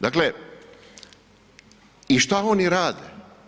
Dakle, i šta oni rade?